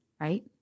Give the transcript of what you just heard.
right